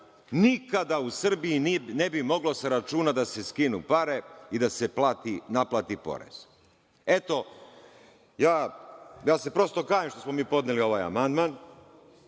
nikada u Srbiji ne bi moglo sa računa da se skinu pare i da se naplati porez. Eto, ja se prosto kajem što smo mi podneli ovaj amandman.